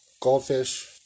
Goldfish